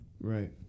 Right